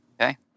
Okay